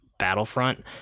battlefront